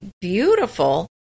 beautiful